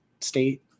state